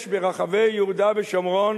יש ברחבי יהודה ושומרון